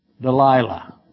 Delilah